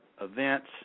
events